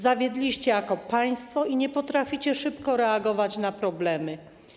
Zawiedliście jako państwo i nie potraficie szybko reagować na problemy.